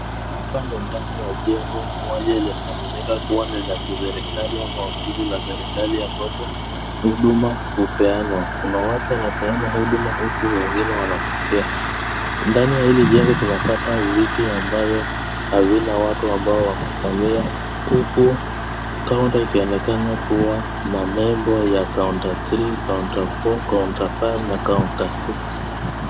Hapa ni ndani ya jengo moja linaaminika kuwa ni la kiserikali ama ofisi la serikali ambapo huduma hupeanwa. Kuna watu wanapeana huduma huku wengine wanapokea. Ndani ya hili jengo tunapata viti ambavyo havina watu ambao wamekalia huku kaunta ikionekana kuwa na nembo ya kaunta three , kaunta four , kaunta five na kaunta six .